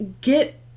get